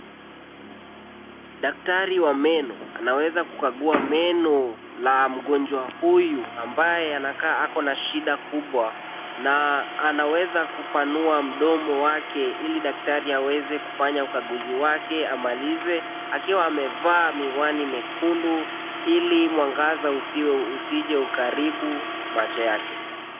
Daktari wa meno anaweza kukagua meno la mgonjwa huyu, ambaye anakaa ako na shida kubwa na anaweza kupanua mdomo wake, ili daktari aweze kufanya ukaguzi wake amalize, akiwa amevaa miwani mekundu ili mwangaza usije ukaharibu macho yake.